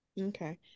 Okay